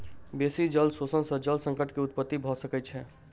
बेसी जल शोषण सॅ जल संकट के उत्पत्ति भ सकै छै